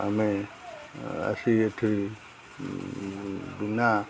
ଆମେ ଆସି ଏଠି ବିନା